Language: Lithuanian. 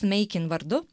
meikin vardu